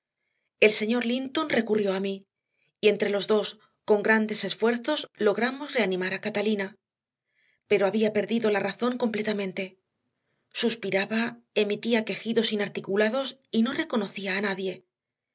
el señor linton recurrió a mí y entre los dos con grandes esfuerzos logramos reanimar a catalina pero había perdido la razón completamente suspiraba emitía quejidos inarticulados y no reconocía a nadie